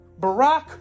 Barack